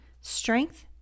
Strength